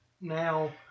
now